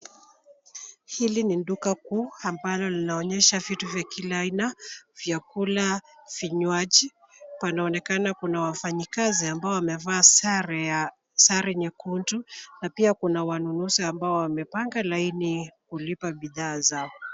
Hili ni duka kuu ambalo linaonyesha vitu vya kila aina vyakula, vinywaji. Panaonekana kuna wafanyikazi ambao wamevaa sare nyekundu na pia kuna wanunuzi ambao wamepanga laini kulipa bidhaa zao.